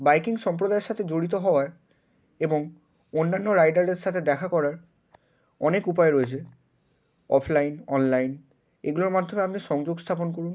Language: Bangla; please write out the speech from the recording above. বাইকিং সম্প্রদায়ের সাথে জড়িত হওয়া এবং অন্যান্য রাইডারদের সাথে দেখা করার অনেক উপায় রয়েছে অফলাইন অনলাইন এগুলোর মাধ্যমে আপনি সংযোগ স্থাপন করুন